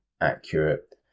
accurate